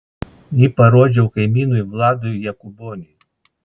jį parodžiau kaimynui vladui jakuboniui